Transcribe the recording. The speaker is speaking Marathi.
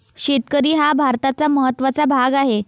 शेतकरी हा भारताचा महत्त्वाचा भाग आहे